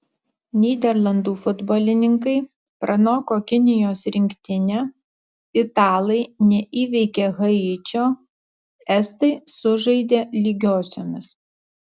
nyderlandų futbolininkai pranoko kinijos rinktinę italai neįveikė haičio estai sužaidė lygiosiomis